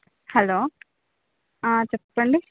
hello చెప్పండి